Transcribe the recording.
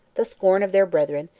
the scorn of their brethren,